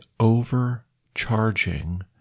overcharging